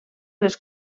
les